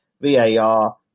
VAR